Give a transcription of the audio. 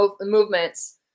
movements